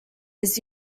his